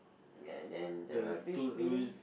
ya then the rubbish bin